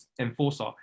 enforcer